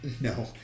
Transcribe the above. no